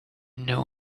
know